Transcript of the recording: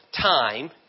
time